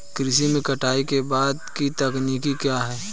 कृषि में कटाई के बाद की तकनीक क्या है?